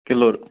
kilo